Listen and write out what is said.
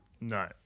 No